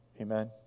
amen